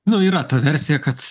nu yra ta versija kad